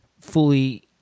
fully